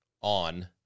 on